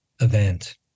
event